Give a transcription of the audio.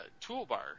toolbar